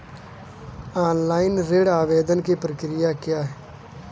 Online ऋण आवेदन की प्रक्रिया क्या है?